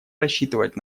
рассчитывать